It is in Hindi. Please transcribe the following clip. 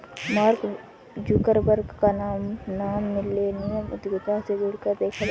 मार्क जुकरबर्ग का नाम मिल्लेनियल उद्यमिता से जोड़कर देखा जाता है